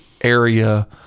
area